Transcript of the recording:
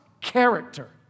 character